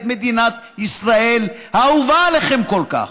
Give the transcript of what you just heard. את מדינת ישראל האהובה עליכם כל כך,